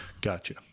Gotcha